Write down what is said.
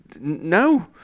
no